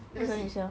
what's that sia